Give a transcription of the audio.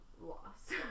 lost